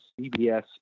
CBS